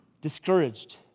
Discouraged